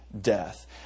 death